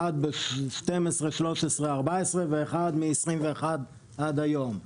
אחד ב-2014-2012 ואחד מ-2021 עד היום.